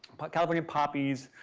but california poppies,